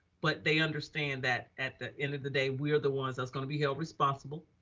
but they understand that at the end of the day, we're the ones that's gonna be held responsible.